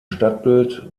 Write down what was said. stadtbild